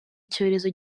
icyorezo